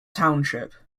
township